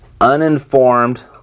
uninformed